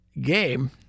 game